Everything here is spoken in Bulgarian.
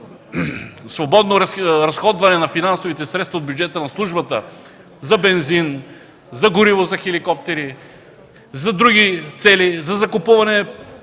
свободно разходване на финансовите средства от бюджета на службата за бензин, за гориво за хеликоптери, за други цели, за закупуване